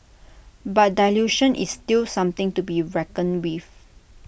but dilution is still something to be reckoned with